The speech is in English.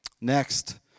Next